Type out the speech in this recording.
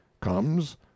comes